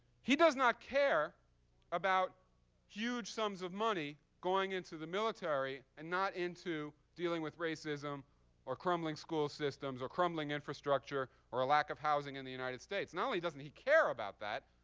he does not care about huge sums of money going into the military and not into dealing with racism or crumbling school systems or crumbling infrastructure or a lack of housing in the united states. not only doesn't he care about that,